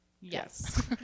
Yes